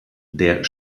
der